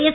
S